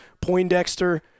Poindexter